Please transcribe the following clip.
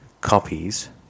copies